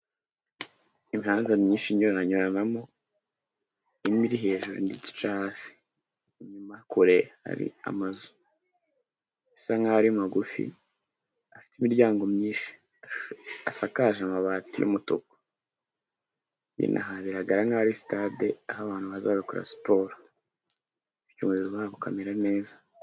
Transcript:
Imihanda myinshi igenda inyuranamo, imwe iri hejuru indi ica hasi, inyuma kure hari amazu, bisa nkaho ari magufi, afite imiryango myinshi, asakaje amabati y'umutuku, inyuma haragaragara nkaho ari sitade, aho abantu baza bagakora siporo, ubuzima bwabo bukamera neza.